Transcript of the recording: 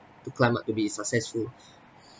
to climb up to be successful